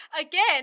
Again